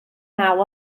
naw